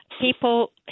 People